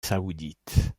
saoudite